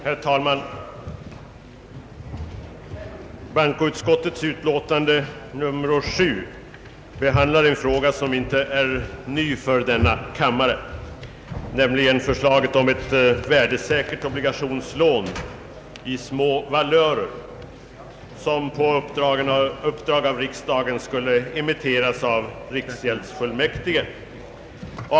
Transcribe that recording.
Herr talman! Bankoutskottets utlåtande nr 7 behandlar en fråga som inte är ny för denna kammare, nämligen förslaget om ett värdesäkert obligationslån i små valörer vilket på uppdrag av riksdagen skulle emitteras av riksgäldsfullmäktige.